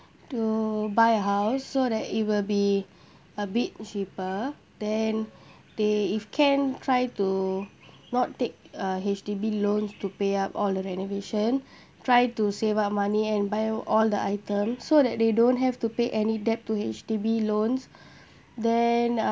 to buy a house so that it will be a bit cheaper then they if can try to not take a H_D_B loan to pay up all the renovation try to save up money and buy all the items so that they don't have to pay any debt to H_D_B loans then uh